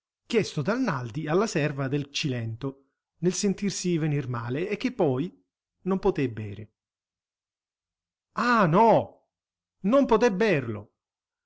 chiesto dal naldi alla serva del cilento nel sentirsi venir male e che poi non poté bere ah no non poté berlo